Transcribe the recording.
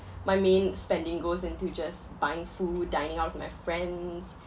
my main spending goes into just buying food dining out with my friends